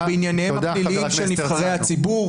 -- בענייניהם הפליליים של נבחרי הציבור